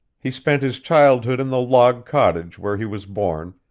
he spent his childhood in the log-cottage where he was born,